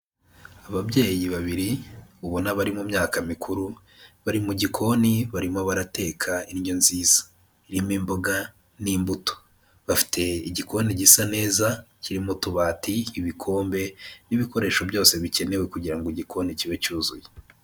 Ababyeyi babiri ubona bari mu myaka mikuru, bari mu gikoni barimo barateka indyo nziza, irimo imboga n'imbuto, bafite igikoni gisa neza kirimo tubati, ibikombe n'ibikoresho byose bikenewe kugira ngo igikoni kibe cyuzuye.